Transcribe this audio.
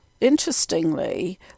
interestingly